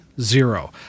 zero